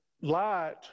light